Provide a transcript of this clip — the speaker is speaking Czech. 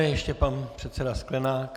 Ještě pan předseda Sklenák.